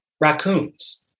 raccoons